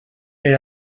per